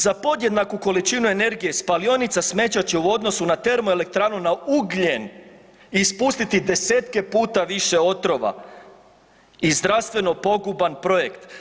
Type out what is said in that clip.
Za podjednaku količinu energije spalionica smeća će u odnosu na termoelektranu na ugljen ispustiti 10-tke puta više otrova i zdravstveno poguban projekt.